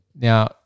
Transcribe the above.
Now